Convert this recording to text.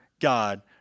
God